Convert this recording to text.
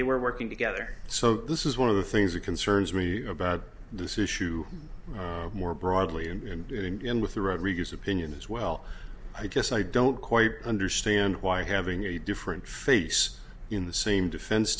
they were working together so this is one of the things that concerns me about this issue more broadly and in with the rodriguez opinion as well i just i don't quite understand why having a different face in the same defen